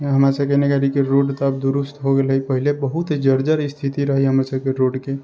हमरा सभके नगरीके रोड तऽ आब दुरुस्त हो गेलै पहले बहुत जर्जर स्थिति रहै हमर सभके रोडके